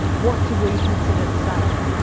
what do we consider safe?